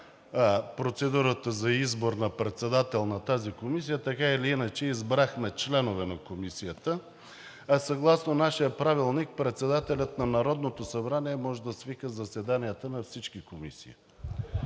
процедурата за избор на председател на тази комисия. Така или иначе избрахме членове на Комисията, а съгласно нашия Правилник, председателят на Народното събрание може да свика заседанията на всички комисии.